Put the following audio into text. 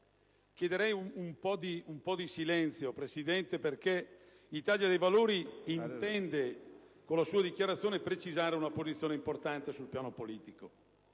Chiederei un po' di silenzio, signor Presidente, perché il Gruppo Italia dei Valori intende, con la sua dichiarazione, precisare una posizione importante sul piano politico.